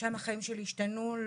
ושם החיים שלי השתנו.